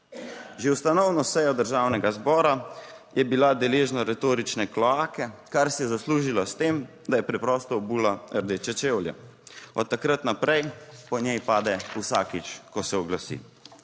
Že ustanovno sejo Državnega zbora je bila deležna retorične kloake, kar si je zaslužila s tem, da je preprosto obula rdeče čevlje. Od takrat naprej po njej pade vsakič, ko se oglasi.